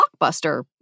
blockbuster